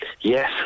Yes